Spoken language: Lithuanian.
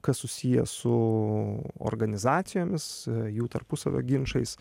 kas susiję su organizacijomis jų tarpusavio ginčais